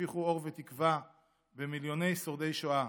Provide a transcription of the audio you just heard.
שהפיחו אור ותקווה במיליוני שורדי שואה,